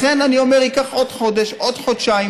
לכן, אני אומר, זה ייקח עוד חודש, עוד חודשיים.